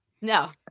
No